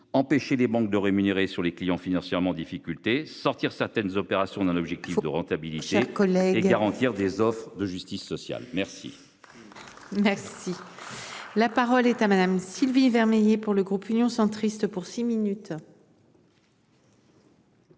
empêcher les banques de rémunérer sur les clients financièrement difficulté sortir certaines opérations d'un objectif de rentabilité école et garantir des offres de justice sociale. Merci. Merci. La parole est à Madame Sylvie Vermeillet. Pour le groupe Union centriste pour six minutes.